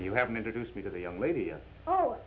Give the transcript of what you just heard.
you haven't introduced me to the young lady oh